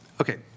okay